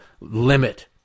limit